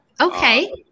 okay